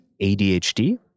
ADHD